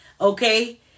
Okay